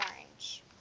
orange